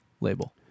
Label